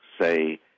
say